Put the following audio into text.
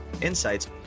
insights